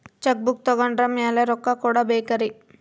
Check book ತೊಗೊಂಡ್ರ ಮ್ಯಾಲೆ ರೊಕ್ಕ ಕೊಡಬೇಕರಿ?